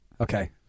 Okay